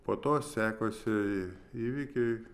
po to sekusieji įvykiai